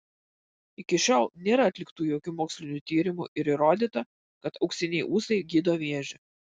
iki šiol nėra atliktų jokių mokslo tyrimų ir įrodyta kad auksiniai ūsai gydo vėžį